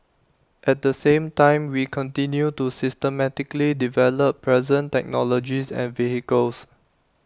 at the same time we continue to systematically develop present technologies and vehicles